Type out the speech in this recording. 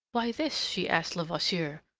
why this? she asked levasseur,